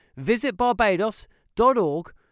visitbarbados.org